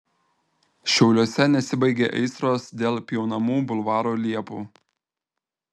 šiauliuose nesibaigia aistros dėl pjaunamų bulvaro liepų